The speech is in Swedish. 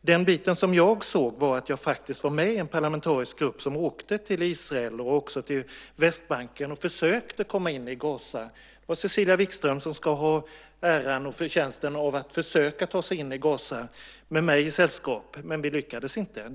Det jag gjorde var att jag faktiskt var med i en parlamentarisk grupp som åkte till Israel och till Västbanken och försökte komma in i Gaza. Cecilia Wikström ska ha äran och förtjänsten av att ha försökt ta sig in i Gaza, med mig i sällskap, men vi lyckades inte.